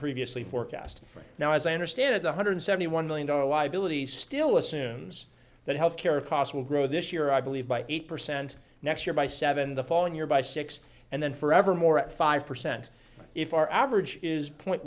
previously forecast right now as i understand it one hundred seventy one million dollars liability still assumes that health care costs will grow this year i believe by eight percent next year by seven the following year by six and then forevermore at five percent if our average is point